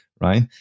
right